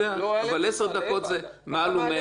עשר דקות זה מעל ומעבר.